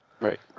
right